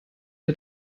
der